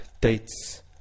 dates